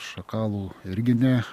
šakalų irgi ne